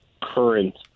current